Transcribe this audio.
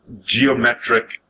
geometric